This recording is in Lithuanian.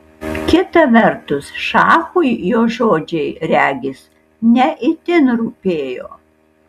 kita vertus šachui jo žodžiai regis ne itin rūpėjo